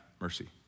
mercy